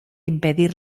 impedir